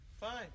fine